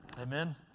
Amen